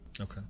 Okay